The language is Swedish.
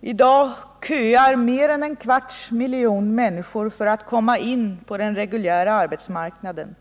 I dag köar mer än en kvarts miljon människor för att komma in på den reguljära arbetsmarknaden.